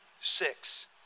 six